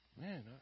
Man